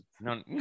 no